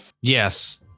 Yes